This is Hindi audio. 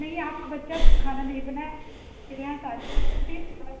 नहीं आपका बच्चा खाना नहीं बनाए मेरे यहाँ सारी फै़सलटी